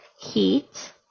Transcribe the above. heat